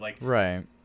Right